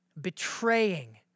betraying